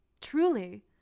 Truly